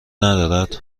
ندارد